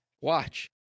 Watch